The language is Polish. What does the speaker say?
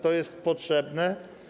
To jest potrzebne.